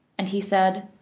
and he said,